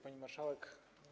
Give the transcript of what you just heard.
Pani Marszałek!